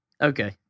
Okay